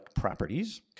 properties